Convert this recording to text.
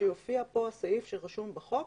שיופיע כאן סעיף שרשום בחוק